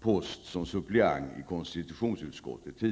post som suppleant i konstitutionsutskottet.